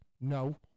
No